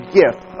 gift